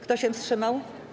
Kto się wstrzymał?